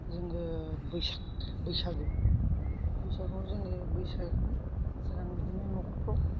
जोङो बैसाग बैसागु बैसागुआव जोङो बैसाग जाहा बिदिनो न'खरफ्राव